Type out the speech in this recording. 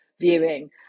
viewing